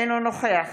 אינו נוכח